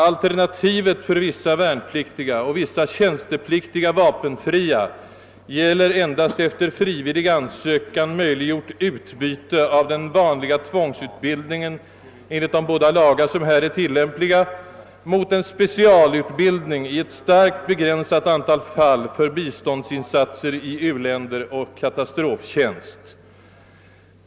Alternativet för vissa värnpliktiga och vissa tjänstepliktiga vapenfria gäller för det andra endast ett efter frivillig ansökan möjliggjort utbyte av den vanliga tvångsutbildningen enligt de båda lagar som här är tillämpliga mot en specialutbildning i ett starkt begränsat antal fall för biståndsinsatser i u-länder och för katastroftjänst.